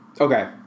Okay